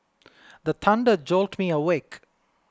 the thunder jolt me awake